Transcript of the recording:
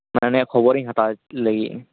ᱢᱟᱱᱮ ᱩᱱᱤᱭᱟᱜ ᱠᱷᱚᱵᱚᱨ ᱤᱧ ᱦᱟᱛᱟᱣᱮᱫ ᱞᱟᱹᱭᱮᱫ ᱟᱹᱧ